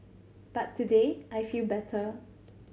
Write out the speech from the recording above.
but today I feel better